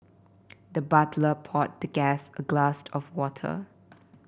the butler poured the guest a glass of water